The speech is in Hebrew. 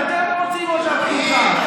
אתם רוצים אותה פתוחה.